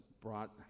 brought